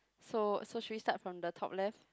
so so should we start from the top left